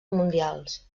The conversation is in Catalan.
mundials